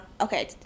Okay